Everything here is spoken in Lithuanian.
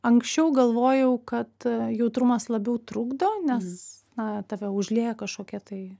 anksčiau galvojau kad jautrumas labiau trukdo nes na tave užlieja kažkokie tai